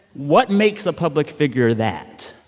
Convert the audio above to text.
what makes a public figure that?